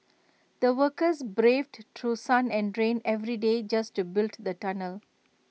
the workers braved through sun and rain every day just to build the tunnel